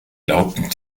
glauben